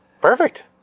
perfect